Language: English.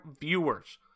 viewers